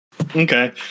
Okay